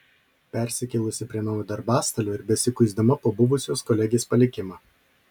persikėlusi prie naujo darbastalio ir besikuisdama po buvusios kolegės palikimą